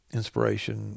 inspiration